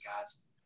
guys